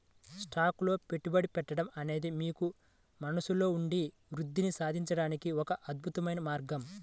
stocks లో పెట్టుబడి పెట్టడం అనేది మీకు మనస్సులో ఉన్న వృద్ధిని సాధించడానికి ఒక అద్భుతమైన మార్గం